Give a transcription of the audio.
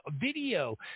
video